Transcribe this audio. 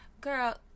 Girl